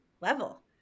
level